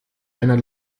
einer